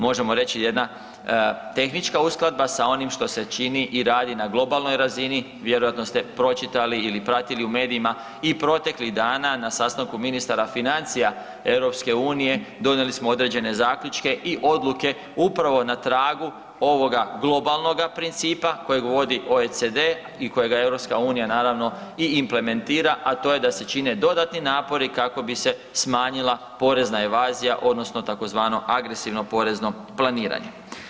Možemo reći jedna tehnička uskladba sa onim što se čini i radi na globalnoj razini, vjerojatno ste pročitali ili pratili u medijima i proteklih dana, na sastanku ministara financije EU donijeli smo određene zaključke i odluke upravo na tragu ovoga globalnoga principa kojeg vodi OECD i kojega EU naravno i implementira, a to je da se čine dodatni napori kako bi se smanjila porezna evazija, odnosno tzv. agresivno porezno planiranje.